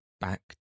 back